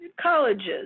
colleges